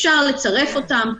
אפשר לצרף אותן,